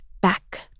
back